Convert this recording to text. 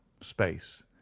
space